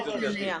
שנייה.